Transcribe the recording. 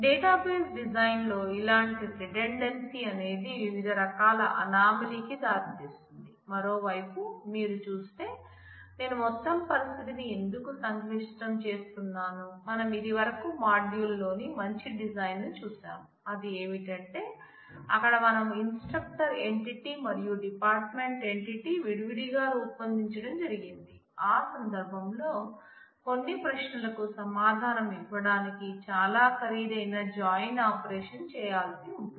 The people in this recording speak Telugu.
డేటాబేస్ డిజైన్ చేయాల్సి ఉంటుంది